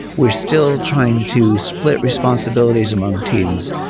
we're still trying to split responsibilities among teams.